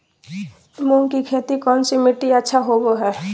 मूंग की खेती कौन सी मिट्टी अच्छा होबो हाय?